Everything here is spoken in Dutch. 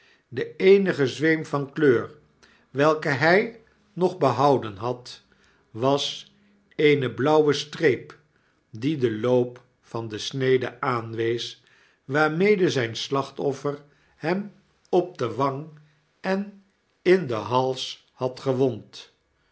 de eenige zweem van kleur welke hij nog behouden had was eene blauwe streep die den loop van de snede aanwees waarmede zyn slachtoffer hem op de wang en in den hals hadgewond